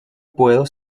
puedo